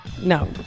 No